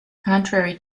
contrary